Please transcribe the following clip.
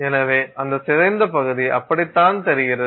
எனவே அந்த சிதைந்த பகுதி அப்படித்தான் தெரிகிறது